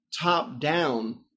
top-down